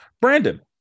brandon